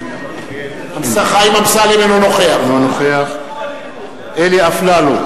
אינו נוכח אלי אפללו,